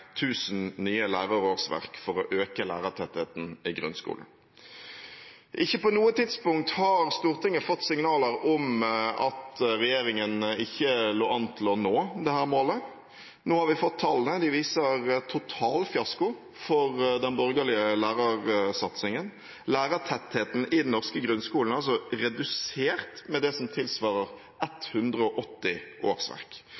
nye lærerårsverk for å øke lærertettheten i grunnskolen. Ikke på noe tidspunkt har Stortinget fått signaler om at regjeringen ikke lå an til å nå dette målet. Nå har vi fått tallene. De viser total fiasko for den borgerlige lærersatsingen. Lærertettheten i den norske grunnskolen er redusert med det som tilsvarer 180 årsverk.